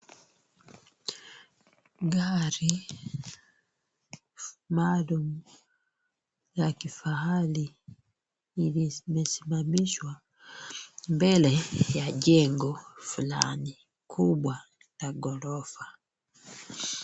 Gari maalum ya kifahari imesimamishwa mbele ya jengo fulani kubwa la ghorofa.